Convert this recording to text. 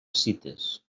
cites